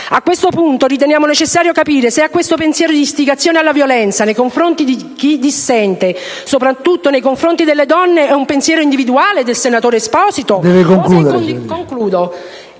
A questo punto, riteniamo necessario capire se questo pensiero di istigazione alla violenza nei confronti di chi dissente, soprattutto nei confronti delle donne, è un pensiero individuale del senatore Esposito o se è condiviso